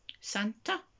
Santa